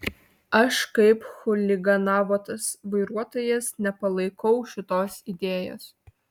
aš kaip chuliganavotas vairuotojas nepalaikau šitos idėjos